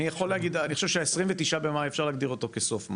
אני יכול להגיד שה- 29.5 אפשר להגדיר אותו כסוף מאי,